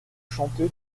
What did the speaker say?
chanter